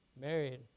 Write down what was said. married